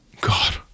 god